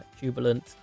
jubilant